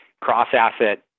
cross-asset